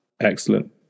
Excellent